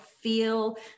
feel